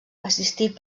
assistit